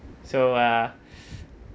so uh